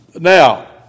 now